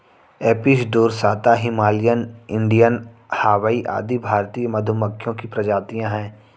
Apis dorsata, Himalayan, Indian hive आदि भारतीय मधुमक्खियों की प्रजातियां है